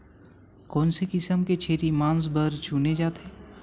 कोन से किसम के छेरी मांस बार चुने जाथे?